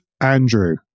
Andrew